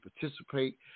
participate